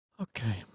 Okay